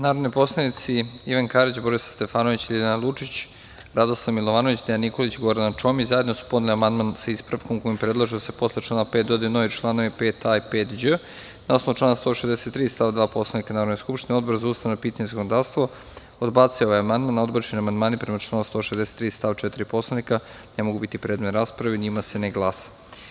Narodni poslanici Ivan Karić, Borislav Stefanović, Ljiljana Lučić, Radoslav Milovanović, Dejan Nikolić i Gordana Čomić, zajedno su podneli amandman sa ispravkom kojim predlažu da se posle člana 5. dodaju novi članovi 5a – 5đ. Na osnovu člana 163. stav 2. Poslovnika Narodne skupštine, Odbor za ustavna pitanja i zakonodavstvo odbacio je ovaj amandman, a odbačeni amandmani, prema članu 163. stav 4. Poslovnika, ne mogu biti predmet rasprave i o njima se ne glasa.